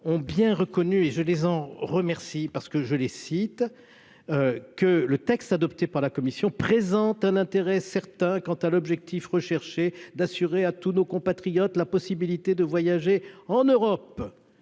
ont bien reconnu- je les en remercie -que le texte adopté par la commission « présente un intérêt certain quant à l'objectif recherché d'assurer à tous nos compatriotes la possibilité de voyager en Europe